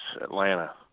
Atlanta